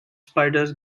spiders